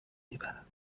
میبرم